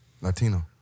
Latino